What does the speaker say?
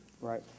Right